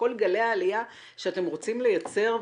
לכל גלי העלייה שאתם רוצים לייצר,